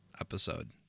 episode